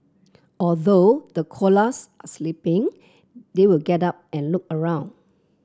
although the koalas are sleeping they will get up and look around